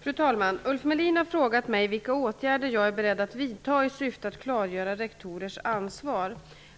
Fru talman! Ulf Melin har frågat mig vilka åtgärder jag är beredd att vidta i syfte att klargöra rektorers ansvar.